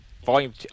Volume